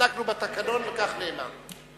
בדקנו בתקנון וכך נאמר.